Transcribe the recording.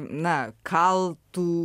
na kaltų